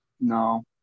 No